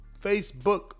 Facebook